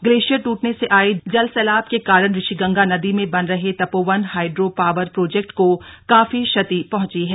glacier दूटने से आये जल सैलाब के कारण ऋषिगंगा नदी में बन रहे तपोवन हाइड्रो पावर प्रोजेक्ट को काफी क्षति पहुंची है